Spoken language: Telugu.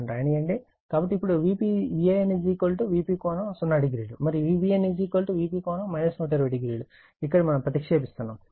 నన్ను వ్రాయనివ్వండి కాబట్టి ఇప్పుడు Van Vp ∠00 మరియు Vbn Vp∠ 1200 ఇక్కడ మనం ప్రతిక్షేపిస్తున్నాము